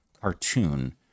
cartoon